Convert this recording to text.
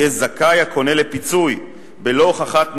יהיה זכאי הקונה לפיצוי, בלא הוכחת נזק,